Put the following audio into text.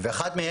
זה דבר